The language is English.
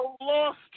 lost